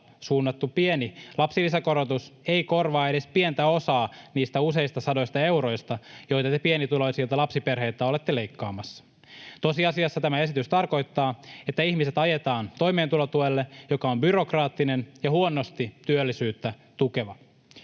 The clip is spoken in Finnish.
suunnattu pieni lapsilisäkorotus ei korvaa edes pientä osaa niistä useista sadoista euroista, joita te pienituloisilta lapsiperheiltä olette leikkaamassa. Tosiasiassa tämä esitys tarkoittaa, että ihmiset ajetaan toimeentulotuelle, joka on byrokraattinen ja huonosti työllisyyttä tukeva.